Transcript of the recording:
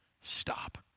stop